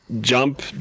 Jump